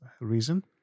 Reason